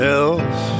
else